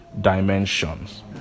dimensions